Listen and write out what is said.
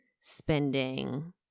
spending